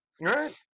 Right